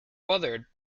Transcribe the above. bothered